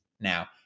now